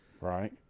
Right